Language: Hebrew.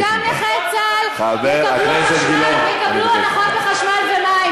-- שגם נכי צה"ל יקבלו הנחה בחשמל ומים.